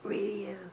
Radio